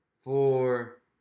four